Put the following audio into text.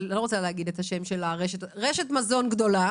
רשת מזון גדולה